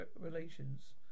relations